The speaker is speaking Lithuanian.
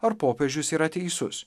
ar popiežius yra teisus